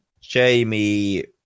Jamie